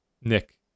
Nick